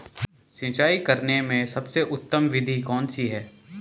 सिंचाई करने में सबसे उत्तम विधि कौन सी है?